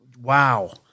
wow